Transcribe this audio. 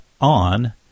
on